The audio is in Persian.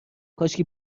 کاشکی